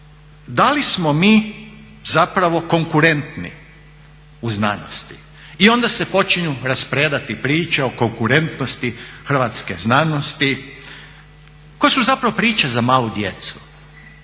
da li smo mi zapravo konkurentni u znanosti. I onda se počinju raspredati priče o konkurentnosti hrvatske znanosti koje su zapravo priče za malu djecu.